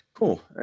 Cool